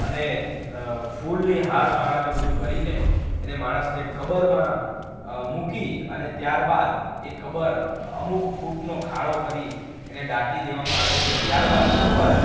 અને ફૂલની હારમાળાને બધું કરીને એને માણસને કબરમાં મૂકી અને ત્યારબાદ એ કબર અમુક ફૂટનો ખાડો કરી એને દાટી દેવામાં આવે છે ત્યારબાદ ઉપર